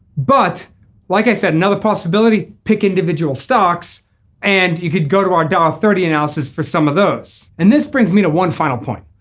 but like i said another possibility pick individual stocks and you could go to our dow thirty analysis for some of those. and this brings me to one final point.